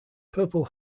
purple